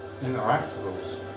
Interactables